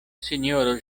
sinjoro